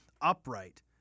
upright